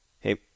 Hey